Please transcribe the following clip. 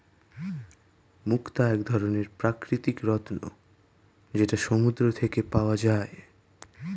মুক্তা এক ধরনের প্রাকৃতিক রত্ন যেটা সমুদ্র থেকে পাওয়া যায়